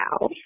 now